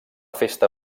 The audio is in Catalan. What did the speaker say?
festa